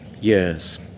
years